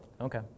Okay